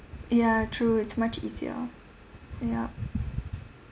ya true it's much easier yup